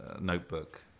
notebook